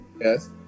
Yes